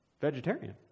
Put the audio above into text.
Vegetarian